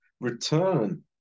return